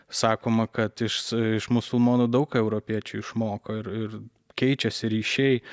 sakoma kad iš iš musulmonų daug europiečiai išmoko ir ir keičiasi ryšiai